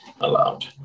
allowed